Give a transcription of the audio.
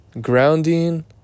grounding